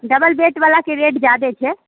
double बेडवलाके rate ज्यादे छै